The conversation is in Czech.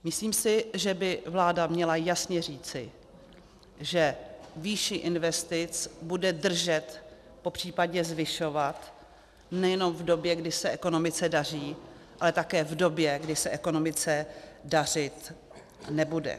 Myslím si, že by vláda měla jasně říci, že výši investic bude držet, popř. zvyšovat nejenom v době, kdy se ekonomice daří, ale také v době, kdy se ekonomice dařit nebude.